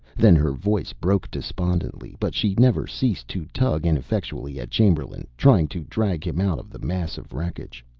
then her voice broke despondently, but she never ceased to tug ineffectually at chamberlain, trying to drag him out of the mass of wreckage.